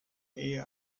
ehe